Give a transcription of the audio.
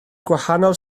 gwahanol